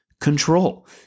control